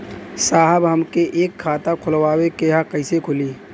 साहब हमके एक खाता खोलवावे के ह कईसे खुली?